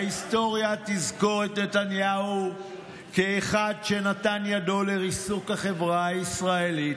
ההיסטוריה תזכור את נתניהו כאחד שנתן את ידו לריסוק החברה הישראלית,